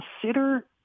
consider